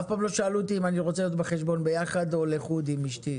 אף פעם לא שאלו אותי אם אני רוצה להיות בחשבון ביחד או לחוד עם אשתי.